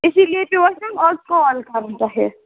اسی لیے پیوٚو اَسہِ وۄنۍ آز کال کَرُن تۄہہِ